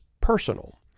personal